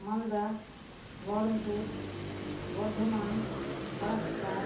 Malda Baharampur Bardhaman Farakka